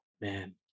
man